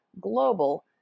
global